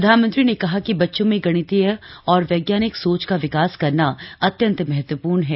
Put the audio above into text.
प्रधानमंत्री ने कहा कि बच्चों में गणितीय तथा वैज्ञानिक सोच का विकास करना अत्यन्त महत्वपूर्ण है